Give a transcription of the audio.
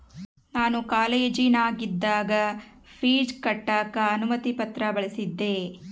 ನಾನು ಕಾಲೇಜಿನಗಿದ್ದಾಗ ಪೀಜ್ ಕಟ್ಟಕ ಅನುಮತಿ ಪತ್ರ ಬಳಿಸಿದ್ದೆ